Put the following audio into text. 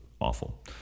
awful